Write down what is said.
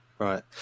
Right